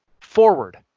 forward